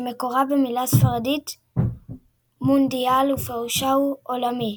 שמקורה במילה בספרדית Mundial ופירושה הוא "עולמי",